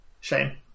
shame